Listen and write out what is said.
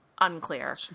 Unclear